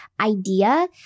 idea